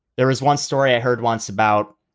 there is one story i heard wants about,